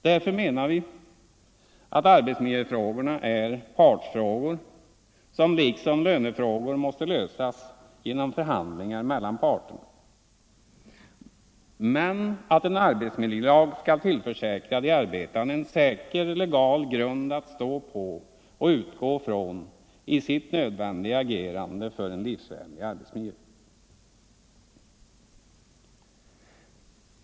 Därför menar vi att arbetsmiljöfrågorna är partsfrågor som liksom lönefrågorna måste lösas genom förhandlingar mellan parterna men att en arbetsmiljölag skall tillförsäkra de arbetande en säker, legal grund att stå på och utgå från i sitt nödvändiga agerande för en livsvänlig arbetsmiljö.